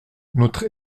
notre